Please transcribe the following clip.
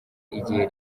igihe